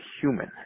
human